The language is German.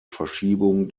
verschiebung